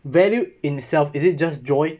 value in itself is it just joy